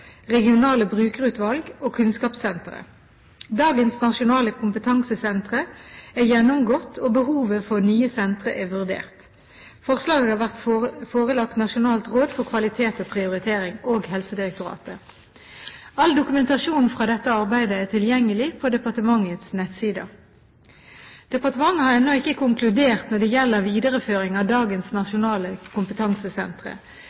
regionale brukerutvalg og Kunnskapssenteret. Dagens nasjonale kompetansesentre er gjennomgått, og behovet for nye sentre er vurdert. Forslaget har vært forelagt Nasjonalt råd for kvalitet og prioritering og Helsedirektoratet. All dokumentasjon fra dette arbeidet er tilgjengelig på departementets nettsider. Departementet har ennå ikke konkludert når det gjelder videreføring av dagens